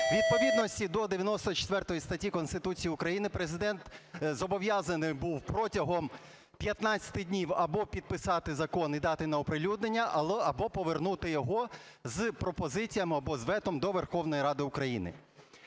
відповідності до 94 статті Конституції України Президент зобов'язаний був протягом 15 днів або підписати закон і дати на оприлюднення, або повернути його з пропозиціями, або з вето до Верховної Ради.